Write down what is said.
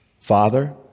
Father